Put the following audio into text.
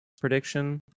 prediction